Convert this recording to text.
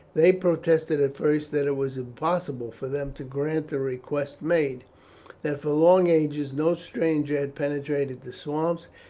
they protested at first that it was impossible for them to grant the request made that for long ages no stranger had penetrated the swamps,